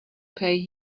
pay